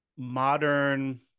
Modern